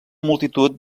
multitud